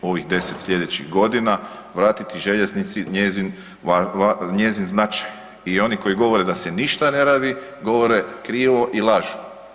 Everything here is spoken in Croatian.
U ovih 10 slijedećih godina vratiti željeznici njezin značaj i oni koji govore da se ništa ne radi, govore krivo i lažu.